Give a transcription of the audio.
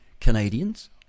Canadians